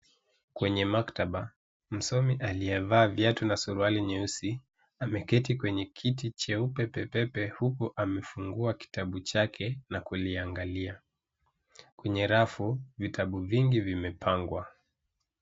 Kwenye maktaba msomi aliyevaa viatu na suruali nyeusi ameketi kwenye kiti cheupe pepepe huku amefungua kitabu chake na kuliangalia ,kwenye rafu vitabu vingi vimepangwa.